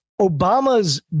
Obama's